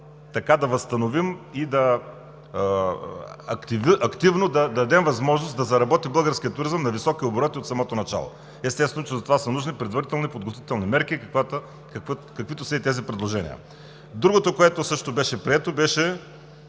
ударно да възстановим и активно да дадем възможност да заработи българският туризъм на високи обороти от самото начало. Естествено, че за това са нужни предварителни подготвителни мерки, каквито са и тези предложения. Другото, което също беше прието, беше